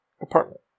apartment